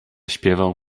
śpiewał